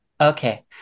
Okay